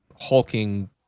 hulking